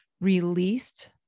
released